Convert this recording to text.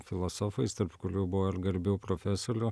filosofais tarp kurių buvo ir garbių profesolių